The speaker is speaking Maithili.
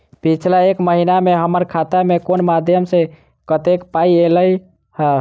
पिछला एक महीना मे हम्मर खाता मे कुन मध्यमे सऽ कत्तेक पाई ऐलई ह?